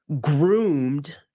groomed